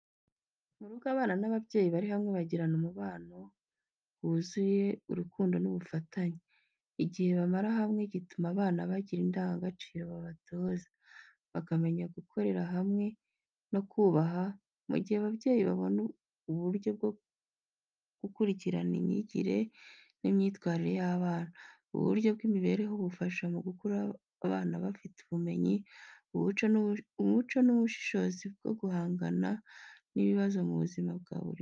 Mu rugo, abana n’ababyeyi bari hamwe bagirana, umubano wuzuye urukundo n’ubufatanye. Igihe bamara hamwe gituma abana bagira indangagaciro babatoza, bakamenya gukorera hamwe no kubaha, mu gihe ababyeyi babona uburyo bwo gukurikirana imyigire n’imyitwarire y’abana. Ubu buryo bw’imibereho bufasha mu gukura abana bafite ubumenyi, umuco n’ubushobozi bwo guhangana n’ibibazo mu buzima bwa buri munsi.